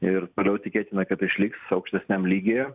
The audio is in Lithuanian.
ir toliau tikėtina kad išliks aukštesniam lygyje